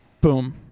Boom